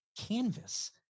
canvas